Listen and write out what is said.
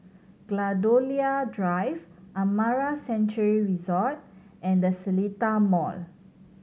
Gladiola Drive Amara Sanctuary Resort and The Seletar Mall